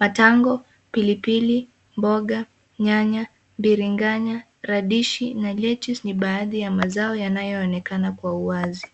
matango pilipili, mboga, nyanya, biringanya, radishi na Lettuce ni baadhi ya mazao yanayoonekana kwa uwazi.